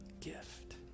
gift